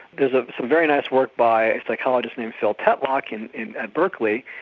there's ah some very nice work by a psychologist named phil tetlock in in ah berkeley.